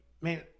man